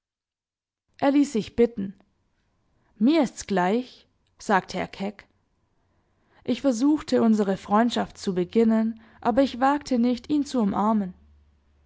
er ließ sich bitten mir ists gleich sagte er keck ich versuchte unsere freundschaft zu beginnen aber ich wagte nicht ihn zu umarmen